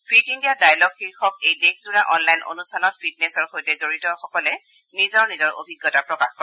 fit India dialogue শীৰ্ষক এই দেশজোৰা অনলাইন অনুষ্ঠানত ফিটনেছৰ সৈতে জড়িতসকলে নিজৰ নিজৰ অভিজ্ঞতা প্ৰকাশ কৰে